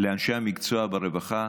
לאנשי המקצוע ברווחה,